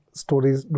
stories